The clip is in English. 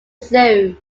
zoo